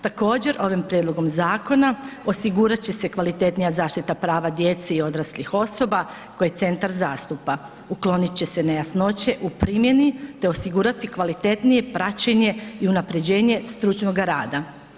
Također ovim prijedlogom zakona osigurat će se kvalitetnija zaštita prava djece i odraslih osoba koje centar zastupa, uklonit će se nejasnoće u primjeni te osigurati kvalitetnije praćenje i unapređenje stručnoga rada.